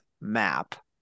map